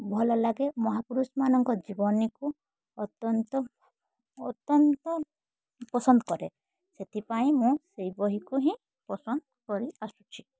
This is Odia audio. ଭଲ ଲାଗେ ମହାପୁରୁଷମାନଙ୍କ ଜୀବନୀକୁ ଅତ୍ୟନ୍ତ ଅତ୍ୟନ୍ତ ପସନ୍ଦ କରେ ସେଥିପାଇଁ ମୁଁ ସେଇ ବହିକୁ ହିଁ ପସନ୍ଦ କରି ଆସୁଛି